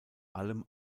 allem